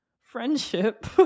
friendship